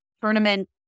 tournament